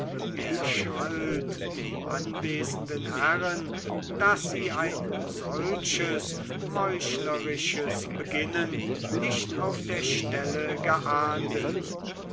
er schalt die anwesenden herren daß sie ein solches meuchlerisches beginnen nicht auf der stelle geahndet